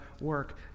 work